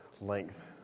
length